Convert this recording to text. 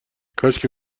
کاشکی